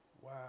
Wow